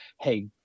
Hey